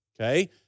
okay